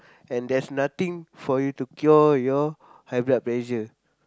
and there's nothing for you to cure your high blood pressure